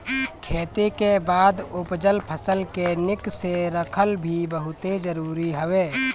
खेती के बाद उपजल फसल के निक से रखल भी बहुते जरुरी हवे